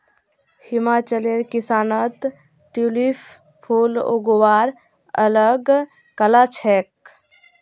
हिमाचलेर किसानत ट्यूलिप फूल उगव्वार अल ग कला छेक